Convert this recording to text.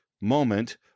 moment